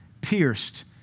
pierced